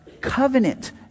covenant